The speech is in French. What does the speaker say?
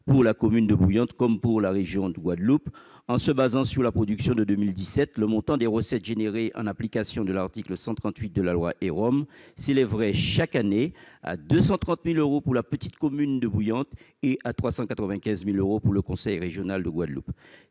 à la commune de Bouillante et à la région de Guadeloupe. En se basant sur la production de 2017, le montant des recettes générées en application de l'article 138 de la loi ÉROM s'élèverait chaque année à 230 000 euros pour la commune de Bouillante et à 395 000 euros pour le conseil régional de Guadeloupe.